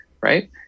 right